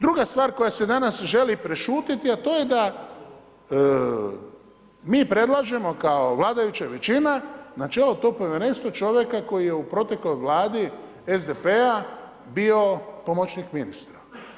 Druga stvar koja se danas želi prešutjeti a to je da mi predlažemo kao vladajuća većina na čelo tog povjerenstva čovjeka koji je u protekloj Vladi SDP-a bio pomoćnik ministra.